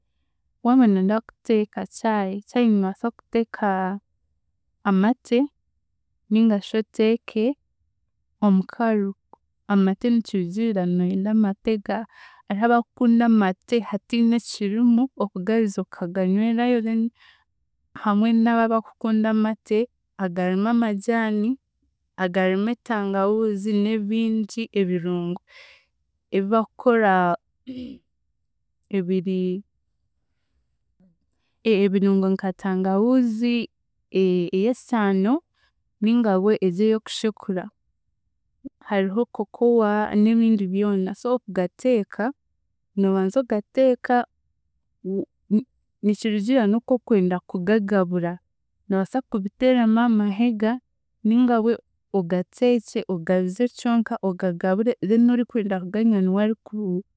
Waaba nooyenda kuteeka chai, chai noobaasa kuteeka amate ningashi oteeke omukaru. Amate nikirugiirira nooyenda amate ga hariho abakukunda amate hatiine ekirimu okugabiza okaganywerayo then hamwe n'aba abakukunda amate agarimu amajaani, agarimu etangahuuzi n'ebingi ebirungo ebi bakukora ebiri e- ebirungo nka tangawuzi ey'esaano, ninga bwe egye ey'okushekura, hariho cocoa n'ebindi byona so okugateeka, noobaanza ogateeka ni- nikirugiirira n'okukwenda kugagabura, noobaasa kubiteeramu aha mahega ninga bwe ogateekye ogabize kyonka ogagabure then orikwenda kuganywa niwe ariku